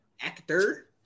Actor